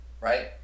right